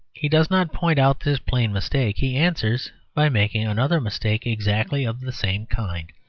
he does not point out this plain mistake. he answers by making another mistake exactly of the same kind.